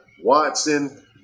Watson